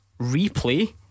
Replay